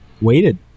waited